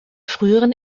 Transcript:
früheren